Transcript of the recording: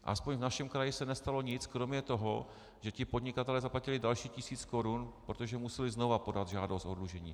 Aspoň v našem kraji se nestalo nic kromě toho, že ti podnikatelé zaplatili další tisíc korun, protože museli znova podat žádost o oddlužení.